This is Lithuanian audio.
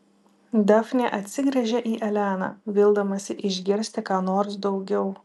dafnė atsigręžia į eleną vildamasi išgirsti ką nors daugiau